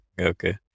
Okay